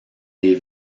les